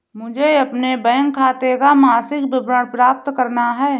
मुझे अपने बैंक खाते का मासिक विवरण प्राप्त करना है?